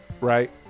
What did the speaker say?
right